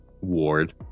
Ward